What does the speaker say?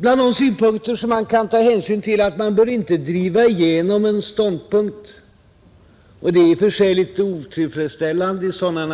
Bland de synpunkter som man kan ta hänsyn till är att man inte bör driva igenom en ståndpunkt om det sker med en smal, nästan tillfällig majoritet i riksdagen.